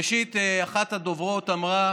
ראשית, אחת הדוברות אמרה